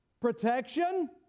Protection